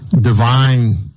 divine